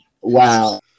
wow